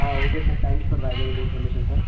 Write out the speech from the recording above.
okay sir thank you sir valuable information sir